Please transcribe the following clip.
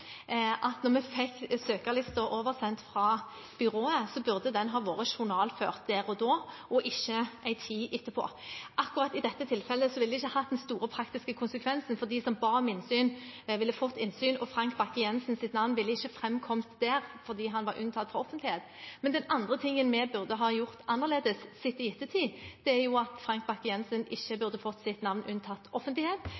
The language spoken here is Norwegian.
at da vi fikk søkerlisten oversendt fra byrået, burde den ha vært journalført der og da og ikke en tid etterpå. Akkurat i dette tilfellet ville det ikke hatt den store praktiske konsekvensen, for de som ba om innsyn, ville fått innsyn, og Frank Bakke-Jensens navn ville ikke framkommet der, fordi han var unntatt fra offentlighet. Den andre tingen vi burde ha gjort annerledes, sett i ettertid, var at Frank Bakke-Jensen ikke